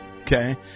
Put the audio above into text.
okay